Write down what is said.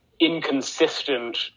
inconsistent